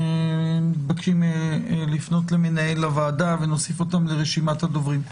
הם מתבקשים לפנות למנהל הוועדה ונוסיף אותם לרשימת הדוברים.